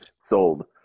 Sold